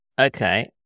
Okay